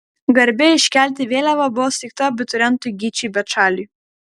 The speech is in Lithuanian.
garbė iškelti vėliavą buvo suteikta abiturientui gyčiui bečaliui